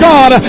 God